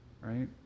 right